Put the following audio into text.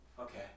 Okay